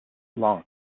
long